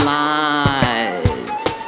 lives